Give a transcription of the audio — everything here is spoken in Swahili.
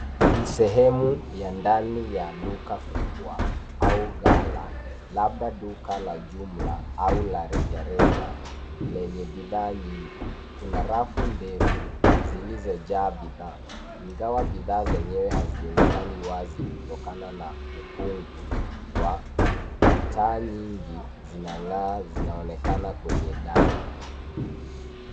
Ni sehemu ya ndani ya duka kubwa au gala labda duka la jumla au la rejareja lenye bidhaa nyingi. Kuna rafu ndefu zilizojaa bidhaa, ingawa bidhaa zenyewe hazionekani wazi kutokana na ukungu wa...Taa nyingi zinaonekana kwenye dari.